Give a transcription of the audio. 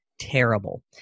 terrible